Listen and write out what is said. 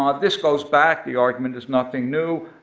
um this goes back, the argument is nothing new.